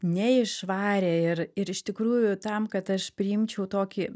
neišvarė ir ir iš tikrųjų tam kad aš priimčiau tokį